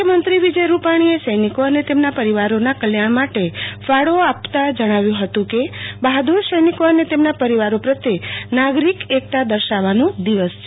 મુખ્યમંત્રી વિજય રૂપાણીએ સૈનિકો અને તેમના પરિવારોના કલ્યાણ માટે ફાળો આપતા જણાવ્યું હતું કે બહાદૂર સૈનિકો અને તેમના પરિવારો પ્રત્યે નાગરિક એક્તા દર્શાવવાનો દિવસ છે